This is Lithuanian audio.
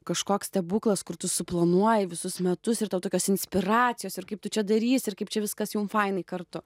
kažkoks stebuklas kur tu suplanuoji visus metus ir tokios inspiracijos ir kaip tu čia darysi ir kaip čia viskas jum fainai kartu